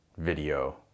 Video